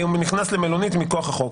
נכנס למלונית מכוח החוק.